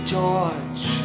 George